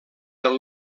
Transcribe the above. del